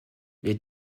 les